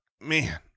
man